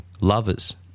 Lovers